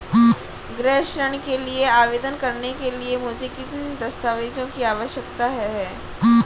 गृह ऋण के लिए आवेदन करने के लिए मुझे किन दस्तावेज़ों की आवश्यकता है?